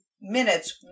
minutes